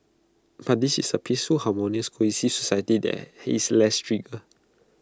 but this is A peaceful harmonious cohesive society there he is less trigger